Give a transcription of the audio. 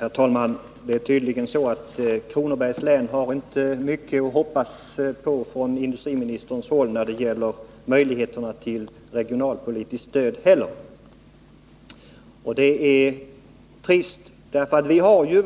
Herr talman! Det är tydligen så att Kronobergs län inte heller kan ställa några stora förhoppningar på industriministern när det gäller möjligheterna att få regionalpolitiskt stöd, och det är trist. Vi har ju